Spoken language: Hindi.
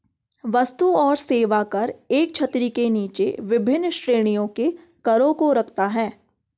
वस्तु और सेवा कर एक छतरी के नीचे विभिन्न श्रेणियों के करों को रखता है